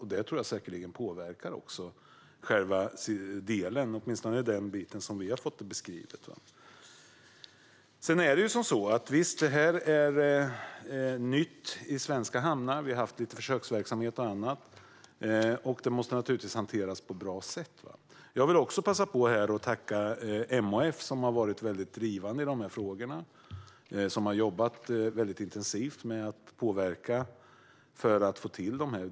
Jag tror att detta säkerligen påverkar hela frågan, åtminstone i den bit som vi har fått beskriven för oss. Visst är detta nytt i svenska hamnar. Vi har haft lite försöksverksamhet och annat. Det måste naturligtvis hanteras på ett bra sätt. Jag vill här passa på att tacka MHF, som har varit drivande i frågorna och jobbat intensivt för att påverka och få till detta.